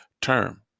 term